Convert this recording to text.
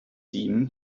seem